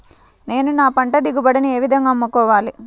నేను నా పంట దిగుబడిని ఏ విధంగా అమ్ముకోవాలి?